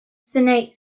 senate